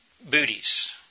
booties